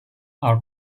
are